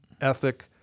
ethic